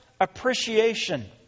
appreciation